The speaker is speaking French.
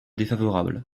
défavorable